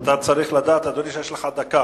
אתה צריך לדעת, אדוני, שיש לך דקה.